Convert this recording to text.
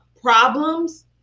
problems